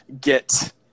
get